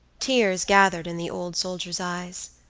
tears gathered in the old soldier's eyes.